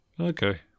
okay